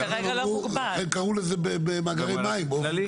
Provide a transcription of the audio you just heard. הם קראו לזה מאגרי מים באופן כללי.